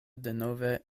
denove